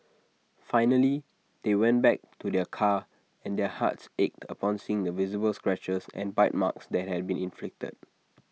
finally they went back to their car and their hearts ached upon seeing the visible scratches and bite marks that had been inflicted